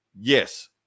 Yes